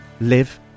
live